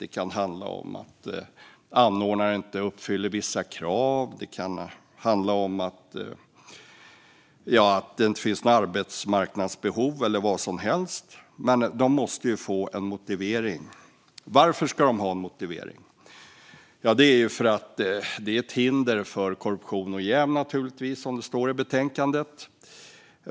Det kan handla om att anordnaren inte uppfyller vissa krav, att det inte finns något arbetsmarknadsbehov eller vad som helst. Men anordnarna måste ju få en motivering. Varför ska de ha en motivering? Det är naturligtvis för att det är ett hinder för korruption och jäv, som det står i betänkandet.